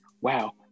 wow